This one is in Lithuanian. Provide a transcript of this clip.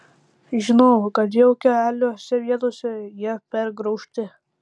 žinojau kad jau keliose vietose jie pergraužti